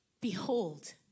Behold